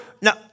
Now